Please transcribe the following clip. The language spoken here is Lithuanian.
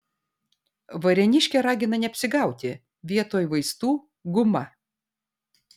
varėniškė ragina neapsigauti vietoj vaistų guma